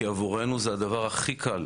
כי עבורנו זה הדבר הכי קל,